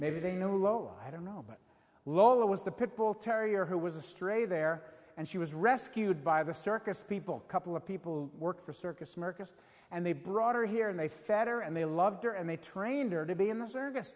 maybe to a new low i don't know but lolo was the pit bull terrier who was a stray there and she was rescued by the circus people couple of people work for circus markets and they brought her here and they fatter and they loved her and they trained her to be in the service